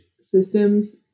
systems